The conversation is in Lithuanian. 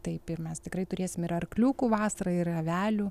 taip ir mes tikrai turėsim ir arkliukų vasarą ir avelių